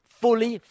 fully